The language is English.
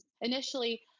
initially